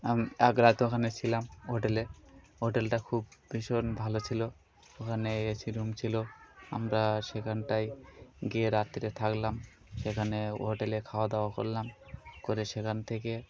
আমি এক রাত ওখানে ছিলাম হোটেলে হোটেলটা খুব ভীষণ ভালো ছিল ওখানে এসি রুম ছিল আমরা সেখানটায় গিয়ে রাত্রে থাকলাম সেখানে হোটেলে খাওয়া দাওয়া করলাম করে সেখান থেকে